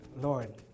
Lord